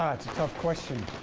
ah it's a tough question.